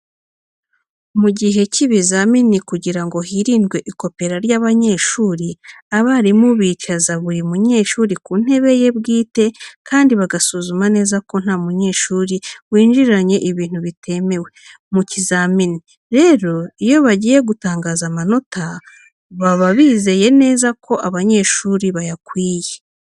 Mu gihe cy'ibizamini kugira ngo hirindwe ikopera ry'abanyeshuri, abarimu bicaza buri munyeshuri ku ntebe ye bwite kandi bagasuzuma neza ko nta munyeshuri winjiranye ibintu bitemewe mu kizamini. Rero iyo bagiye gutangaza amanota baba bizeye neza ko abanyeshuri bayakwiye.